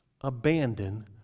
abandon